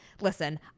listen